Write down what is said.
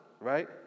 right